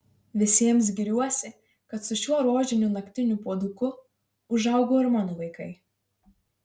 visiems giriuosi kad su šiuo rožiniu naktiniu puoduku užaugo ir mano vaikai